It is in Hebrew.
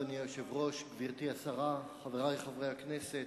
אדוני היושב-ראש, גברתי השרה, חברי חברי הכנסת,